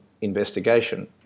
investigation